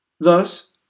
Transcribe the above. Thus